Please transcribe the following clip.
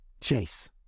Chase